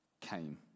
came